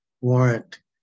warrant